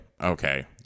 okay